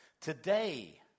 Today